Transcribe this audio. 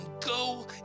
go